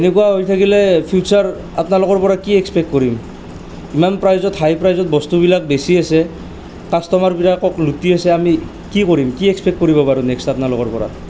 এনেকুৱা হৈ থাকিলে ফিউচাৰ আপোনালোকৰ পৰা কি এক্সপেক্ট কৰিম ইমান প্ৰাইজত হাই প্ৰাইজত বস্তুবিলাক বেচি আছে কাষ্টমাৰবিলাকক লুটি আছে আমি কি কৰিম কি এক্সপেক্ট কৰিব পাৰোঁ নেক্সট আপোনালোকৰ পৰা